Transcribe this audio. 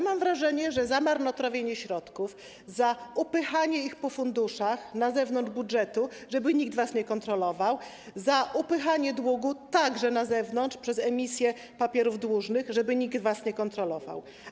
Mam wrażenie, że za marnotrawienie środków, za upychanie ich po funduszach na zewnątrz budżetu, żeby nikt was nie kontrolował, za upychanie długu na zewnątrz przez emisję papierów dłużnych, żeby nikt was nie kontrolował.